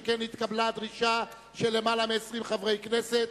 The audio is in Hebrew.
שכן נתקבלה דרישה של למעלה מ-20 חברי כנסת.